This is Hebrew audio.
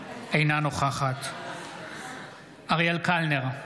אינה נוכחת אריאל קלנר,